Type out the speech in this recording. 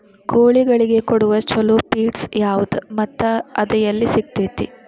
ಕೋಳಿಗಳಿಗೆ ಕೊಡುವ ಛಲೋ ಪಿಡ್ಸ್ ಯಾವದ ಮತ್ತ ಅದ ಎಲ್ಲಿ ಸಿಗತೇತಿ?